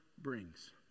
brings